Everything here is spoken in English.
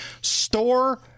store